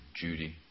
Judy